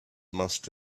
must